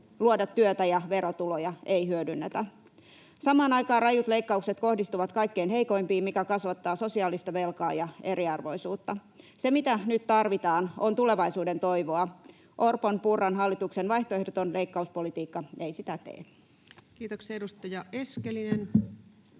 luoda työtä ja verotuloja ei hyödynnetä. Samaan aikaan rajut leikkaukset kohdistuvat kaikkein heikoimpiin, mikä kasvattaa sosiaalista velkaa ja eriarvoisuutta. Se, mitä nyt tarvitaan, on tulevaisuudentoivoa. Orpon—Purran hallituksen vaihtoehdoton leikkauspolitiikka ei sitä tee. [Speech 44] Speaker: Ensimmäinen